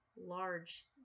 large